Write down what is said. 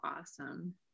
awesome